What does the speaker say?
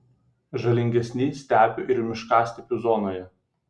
žalingesni stepių ir miškastepių zonoje